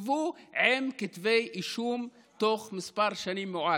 תסתובב עם כתבי אישום תוך שנים מעטות.